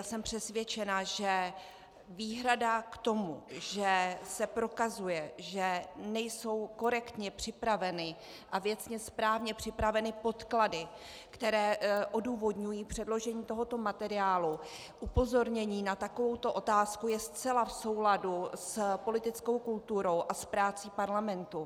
Jsem přesvědčena, že výhrada k tomu, že se prokazuje, že nejsou korektně připraveny a věcně správně připraveny podklady, které odůvodňují předložení tohoto materiálu, upozornění na takovouto otázku je zcela v souladu s politickou kulturou a s prací parlamentu.